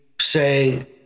say